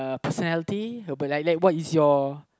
personality but like like what is your